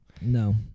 No